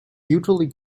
usually